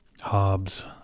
Hobbes